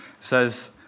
says